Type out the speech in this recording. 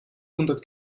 hundert